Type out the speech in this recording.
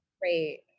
Great